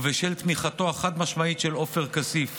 ובשל תמיכתו החד-משמעית של עופר כסיף